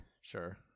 Sure